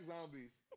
zombies